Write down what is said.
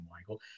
Michael